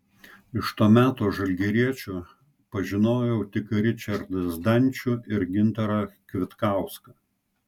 iš to meto žalgiriečių pažinojau tik ričardą zdančių ir gintarą kvitkauską